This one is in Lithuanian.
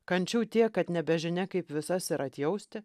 kančių tiek kad nebežinia kaip visas ir atjausti